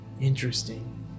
Interesting